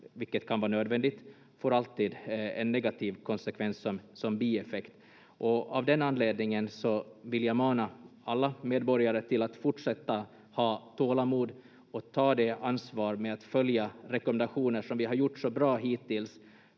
vilket kan vara nödvändigt — får alltid en negativ konsekvens som bieffekt. Av den anledningen vill jag mana alla medborgare till att fortsätta ha tålamod och ta det ansvar med att följa rekommendationer som vi har gjort så bra hittills